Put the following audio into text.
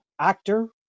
actor